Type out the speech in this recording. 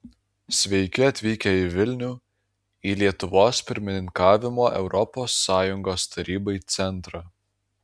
sveiki atvykę į vilnių į lietuvos pirmininkavimo europos sąjungos tarybai centrą